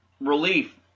relief